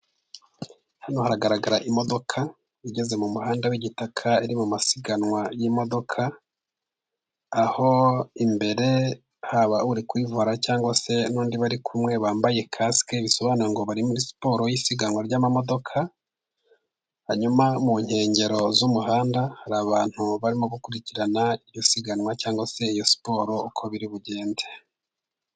Hano hagaragara imodoka igeze mu muhanda w'igitaka, iri mu masiganwa y'imodoka, aho imbere haba uri kuyivura cyangwa se n'undi bari kumwe bambaye kasike; bisobanura ngo bari muri siporo y'isiganwa ry'amamodoka, hanyuma mu nkengero z'umuhanda hari abantu barimo gukurikirana iryo siganwa cyangwa se iyo siporo uko biri bugende.